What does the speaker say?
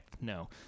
no